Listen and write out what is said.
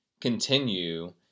continue